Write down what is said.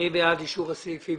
הגענו להסכמות לגבי כל הנושאים.